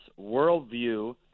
worldview